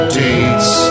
dates